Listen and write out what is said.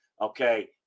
Okay